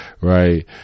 Right